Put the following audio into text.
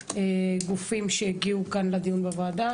קודם כל ליו"ר הוועדה,